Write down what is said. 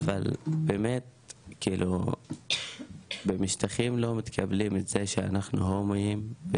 אבל באמת בשטחים לא מקבלים את זה שאנחנו הומואים,